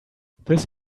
this